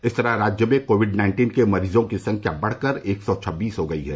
इस तरह राज्य में कोविड नाइन्टीन के मरीजों की संख्या बढ़कर एक सौ छब्बीस हो गयी है